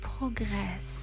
progresse